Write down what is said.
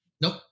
nope